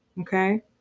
Okay